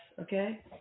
okay